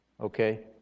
okay